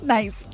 Nice